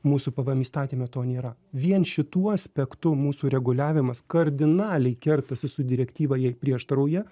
mūsų pvm įstatyme to nėra vien šituo aspektu mūsų reguliavimas kardinaliai kertasi su direktyva jai prieštarauja